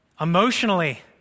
Emotionally